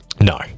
No